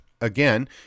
again